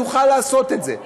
יוכל לעשות את זה.